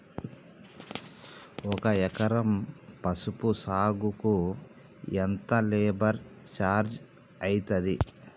ఒక ఎకరం పసుపు సాగుకు ఎంత లేబర్ ఛార్జ్ అయితది?